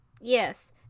Yes